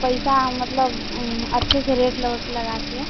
पैसा मतलब अच्छे से रेट लोट लगा के